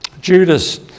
Judas